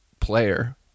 player